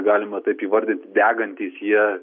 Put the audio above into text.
galima taip įvardinti degantys jie